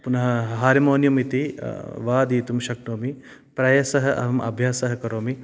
पुनः हा हारमोनियम् इति वादयितुं शक्नोमि प्रायशः अहम् अभ्यासः करोमि